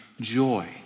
joy